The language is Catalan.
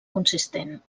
consistent